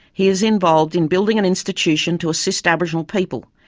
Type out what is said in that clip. he is involved in building an institution to assist aboriginal people.